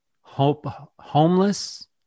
Homeless